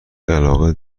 علاقه